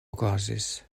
okazis